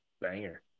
Banger